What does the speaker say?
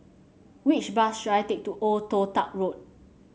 which bus should I take to Old Toh Tuck Road